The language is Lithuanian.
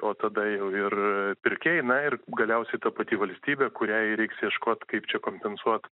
o tada jau ir pirkėjai na ir galiausiai ta pati valstybė kuriai reiks ieškot kaip čia kompensuot